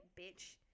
bitch